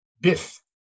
Biff